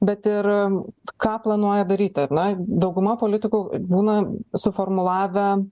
bet ir ką planuoja daryti ar ne dauguma politikų būna suformulavę